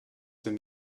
dem